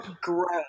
gross